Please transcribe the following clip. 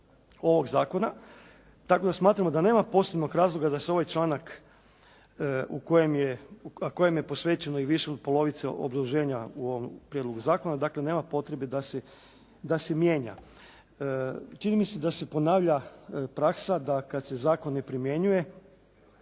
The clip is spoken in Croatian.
ovog zakona tako da smatramo da nema posebnog zakona da se ovaj članak kojem je posvećeno i više od polovice obrazloženja u ovom prijedlogu zakona. Dakle, nema potrebe da se mijenja. Čini mi se da se ponavlja praksa da kad se zakon ne primjenjuje